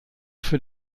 für